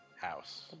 house